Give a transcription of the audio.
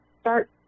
start